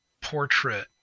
portrait